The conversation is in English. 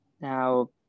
Now